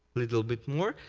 little bit more.